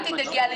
אל תדאגי,